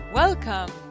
Welcome